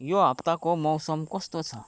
यो हप्ताको मौसम कस्तो छ